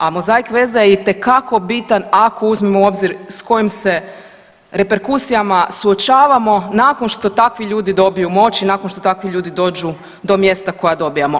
A mozaik veza je itekako bitan ako uzmemo u obzir s kojim se reperkusijama suočavamo nakon što takvi ljudi dobiju moć i nakon što takvi ljudi dođu do mjesta koja dobijamo.